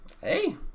Hey